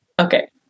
Okay